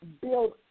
build